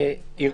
תיקון,